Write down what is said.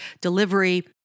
delivery